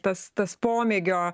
tas tas pomėgio